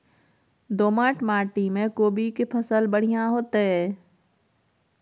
दोमट माटी में कोबी के फसल बढ़ीया होतय?